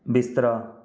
ਬਿਸਤਰਾ